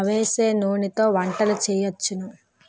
అవిసె నూనెతో వంటలు సేయొచ్చును